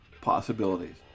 possibilities